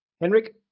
Henrik